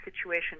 situation